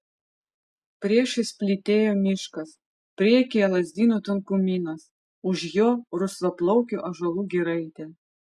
priešais plytėjo miškas priekyje lazdynų tankumynas už jo rusvaplaukių ąžuolų giraitė